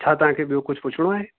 छा तव्हांखे ॿियों कुझु पुछिणो आहे